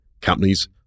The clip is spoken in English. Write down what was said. companies